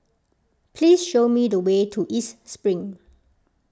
please show me the way to East Spring